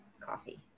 coffee